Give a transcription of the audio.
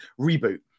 Reboot